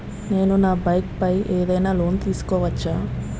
నేను నా బైక్ పై ఏదైనా లోన్ తీసుకోవచ్చా?